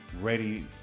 ready